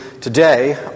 today